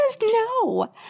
no